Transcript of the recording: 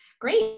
Great